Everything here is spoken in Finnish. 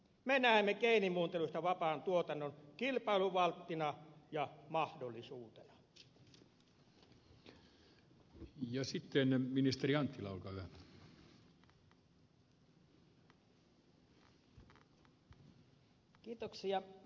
me näemme geenimuuntelusta vapaan tuotannon kilpailuvalttina ja mahdollisuutena